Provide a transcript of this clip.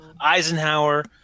Eisenhower